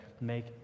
make